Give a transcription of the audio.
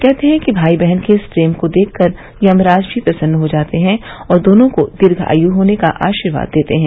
कहतें हैं कि भाई बहन के इस प्रेम को देख कर यमराज भी प्रसन्न हो जाते हैं और दोनों को दीर्घाय् होने का आशीर्वाद देते हैं